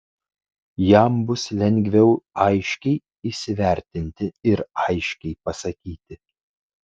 jam bus lengviau aiškiai įsivertinti ir aiškiai pasakyti